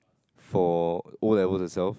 for O-level itself